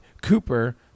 Cooper